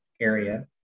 area